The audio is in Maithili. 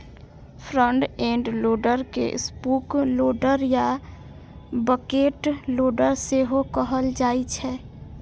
फ्रंट एंड लोडर के स्कूप लोडर या बकेट लोडर सेहो कहल जाइ छै